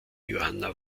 johanna